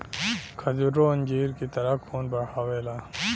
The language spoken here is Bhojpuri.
खजूरो अंजीर की तरह खून बढ़ावेला